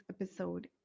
episode